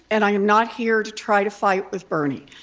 and i am not here to try to fight with bernie.